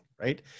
right